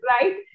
right